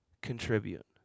contribute